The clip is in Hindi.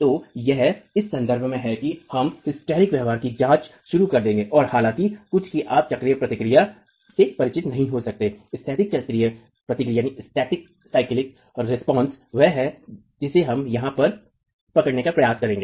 तो यह इस संदर्भ में है कि हम हिस्टैरिक व्यवहार की जांच शुरू कर देंगे और हालांकि कुछ की आप चक्रीय प्रतिक्रिया से परिचित नहीं हो सकते हैं स्थैतिक चक्रीय प्रतिक्रिया वह है जिसे हम यहाँ पर पकड़ने का प्रयास कर रहे हैं